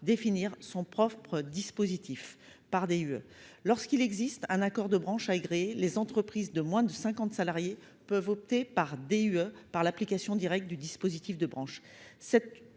décision unilatérale de l'employeur (DUE). Lorsqu'il existe un accord de branche agréé, les entreprises de moins de cinquante salariés peuvent opter par DUE pour l'application directe du dispositif de branche.